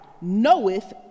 knoweth